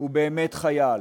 הוא באמת חייל